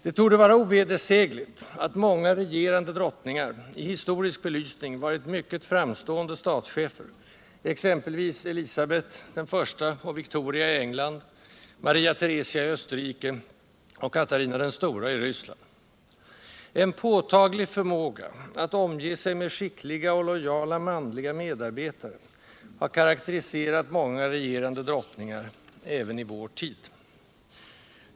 ; Det torde vara ovedersägligt att många regerande drottningar i historisk belysning varit mycket framstående statschefer, exempelvis Elisabeth I och Victoria i England, Maria Theresia i Österrike och Katarina den Stora i Ryssland. En påtaglig förmåga att omge sig med skickliga och lojala manliga medarbetare har karakteriserat många regerande drottningar, även i vår tid.